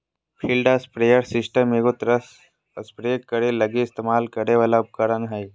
field sprayer system एगो तरह spray करे लगी इस्तेमाल करे वाला उपकरण हइ